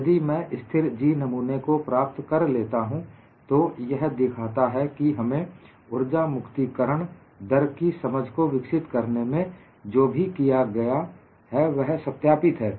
यदि मैं स्थिर जी नमूने को प्राप्त कर लेता हूं तो यह दिखाता है कि हमने उर्जामुक्ति करण दर की समझ को विकसित करने में जो भी किया है वह सत्यापित है